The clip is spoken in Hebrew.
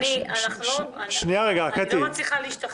אני לא מצליחה להשתכנע.